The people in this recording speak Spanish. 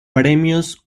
premios